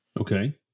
Okay